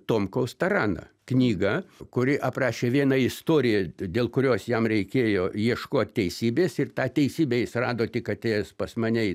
tomkaus taraną knygą kuri aprašė vieną istoriją dėl kurios jam reikėjo ieškot teisybės ir tą teisybę jis rado tik atėjęs pas mane į